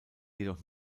jedoch